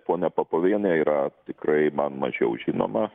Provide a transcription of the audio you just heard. ponia popovienė yra tikrai man mažiau žinoma